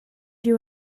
you